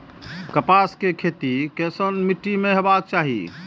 कपास के खेती केसन मीट्टी में हेबाक चाही?